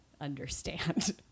understand